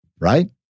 Right